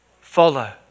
follow